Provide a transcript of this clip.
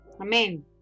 Amen